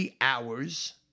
hours